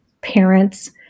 parents